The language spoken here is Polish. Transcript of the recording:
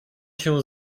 się